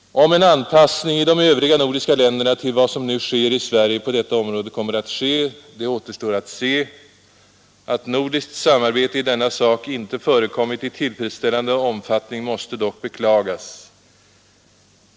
Om en anpassning i de övriga nordiska länderna till vad som nu sker i Sverige på detta område kommer att ske återstår att se. Att nordiskt samarbete i denna sak inte förekommit i tillfredsställande omfattning måste dock beklagas.